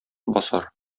басар